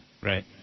Right